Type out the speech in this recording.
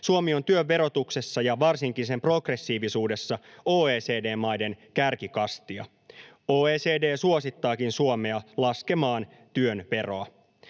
Suomi on työn verotuksessa ja varsinkin sen progressiivisuudessa OECD-maiden kärkikastia. OECD suosittaakin Suomea laskemaan työn veroa.